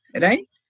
right